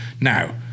Now